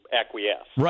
acquiesce